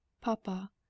Papa